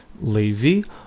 Levi